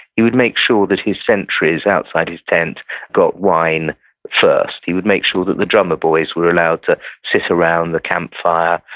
he would make sure that his sentries outside his tent got wine first. he would make sure that the drummer boys were allowed to sit around the campfire,